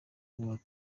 world